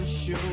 show